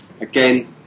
again